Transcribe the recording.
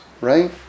right